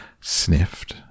sniffed